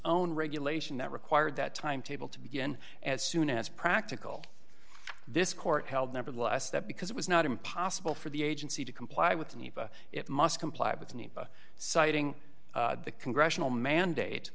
own regulation that required that timetable to begin as soon as practical this court held nevertheless that because it was not impossible for the agency to comply with the new it must comply with citing the congressional mandate